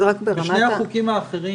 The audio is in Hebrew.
בשני החוקים האחרים